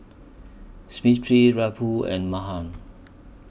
Smriti Rahul and Mahan